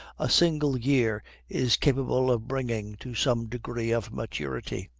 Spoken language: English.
a single year is capable of bringing to some degree of maturity.